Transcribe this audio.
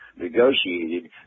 negotiated